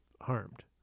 harmed